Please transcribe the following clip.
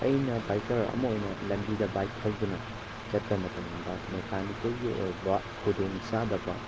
ꯑꯩꯅ ꯕꯥꯏꯛꯀꯔ ꯑꯃ ꯑꯣꯏꯅ ꯂꯝꯕꯤꯗ ꯕꯥꯏꯛ ꯊꯧꯗꯨꯅ ꯆꯠꯄ ꯃꯇꯝꯗ ꯃꯦꯀꯥꯅꯤꯀꯦꯜꯒꯤ ꯑꯣꯏꯕ ꯈꯨꯗꯣꯡ ꯆꯥꯗꯕ